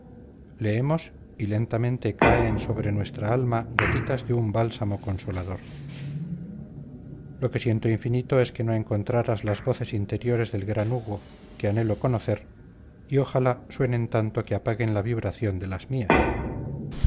leemos y lentamente caen sobre nuestra alma gotitas de un bálsamo consolador lo que siento infinito es que no encontraras las voces interiores del gran hugo que anhelo conocer y ojalá suenen tanto que apaguen la vibración de las mías